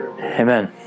Amen